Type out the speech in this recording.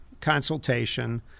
consultation